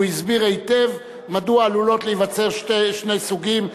הוא הסביר היטב מדוע עלולים להיווצר שני סוגים.